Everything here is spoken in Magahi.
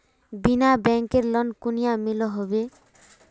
बिना बैंकेर लोन कुनियाँ मिलोहो होबे?